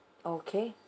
okay